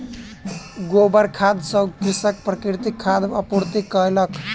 गोबर खाद सॅ कृषक प्राकृतिक खादक आपूर्ति कयलक